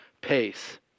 pace